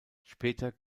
später